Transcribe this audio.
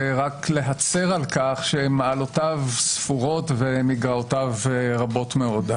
ורק להצר על כך שמעלותיו ספורות ומגרעותיו רבות מאוד.